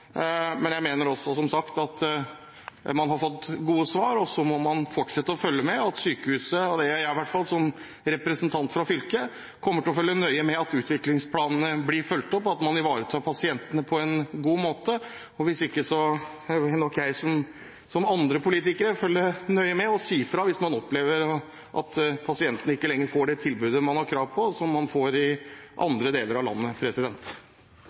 men jeg mener også, som sagt, at man har fått gode svar. Og så må man fortsette å følge nøye med på – det gjør i hvert fall jeg som representant fra fylket – at utviklingsplanene blir fulgt opp og at man ivaretar pasientene på en god måte. Hvis ikke må jeg, som andre politikere, følge nøye med og si fra hvis vi opplever at pasientene ikke lenger får det tilbudet man har krav på, og som man får i andre deler av landet.